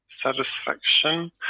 satisfaction